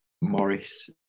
Morris